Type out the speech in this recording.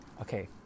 okay